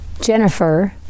jennifer